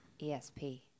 ESP